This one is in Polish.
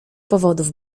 powodów